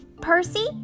Percy